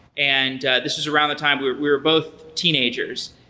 and this is around the time we're both teenagers,